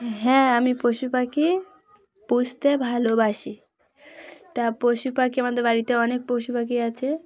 হ্যাঁ আমি পশু পাখি পুষতে ভালোবাসি তা পশু পাখি আমাদের বাড়িতে অনেক পশু পাখি আছে